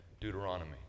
Deuteronomy